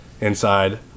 inside